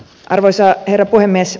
arvoisa herra puhemies